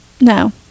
No